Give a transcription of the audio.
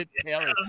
Taylor